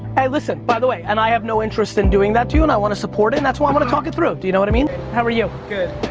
aye, listen by the way, and i have no interest in doing that to you and i want to support it and that's why i want to talk it through, do you know what i mean? how are you? good,